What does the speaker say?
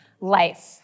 Life